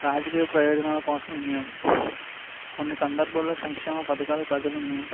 రాజకీయ ప్రయోజనాల కోసం వినియోగం కొన్ని సందర్భాల్లో సంక్షేమ పథకాలు ప్రజలను